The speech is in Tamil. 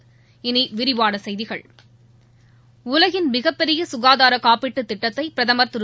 உலகின் மிகப்பெரிய சுகாதார காப்பீட்டுத் திட்டத்தை பிரதமா் திரு